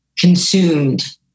consumed